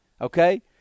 Okay